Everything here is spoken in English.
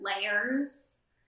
layers